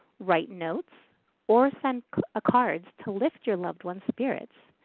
write notes or send a card to lift your loved ones spirits.